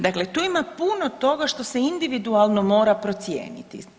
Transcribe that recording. Dakle, tu ima puno toga što se individualno mora procijeniti.